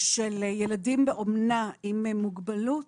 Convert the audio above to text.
של ילדים באומנה עם מוגבלות,